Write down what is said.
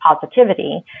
positivity